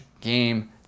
game